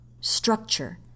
structure